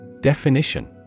Definition